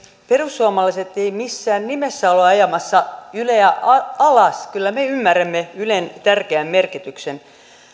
perussuomalaiset ei missään nimessä ole ajamassa yleä alas kyllä me ymmärrämme ylen tärkeän merkityksen